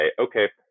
Okay